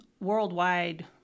worldwide